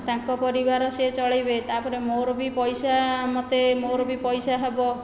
ତାଙ୍କ ପରିବାର ସେ ଚଳାଇବେ ତା'ପରେ ମୋର ବି ପଇସା ମୋତେ ମୋର ବି ପଇସା ହେବ